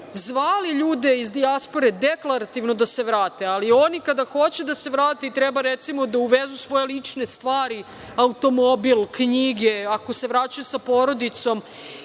zvali ljude iz dijaspore deklarativno da se vrate, ali oni kada hoće da se vrate i treba, recimo, da uvezu svoje lične stvari, automobil, knjige, ako se vraćaju sa porodicom,